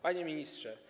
Panie Ministrze!